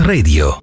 Radio